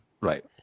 Right